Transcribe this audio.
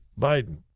Biden